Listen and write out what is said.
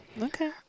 okay